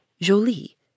jolie